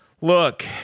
look